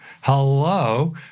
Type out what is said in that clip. Hello